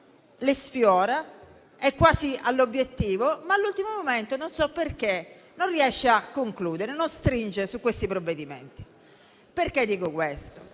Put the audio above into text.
le sfiora, è quasi all'obiettivo, ma all'ultimo momento - non so perché - non riesce a concludere, non stringe su questi provvedimenti. Dico questo